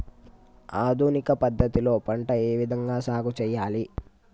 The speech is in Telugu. ఆధునిక పద్ధతి లో పంట ఏ విధంగా సాగు చేయాలి?